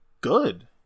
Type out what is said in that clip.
good